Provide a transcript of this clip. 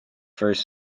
first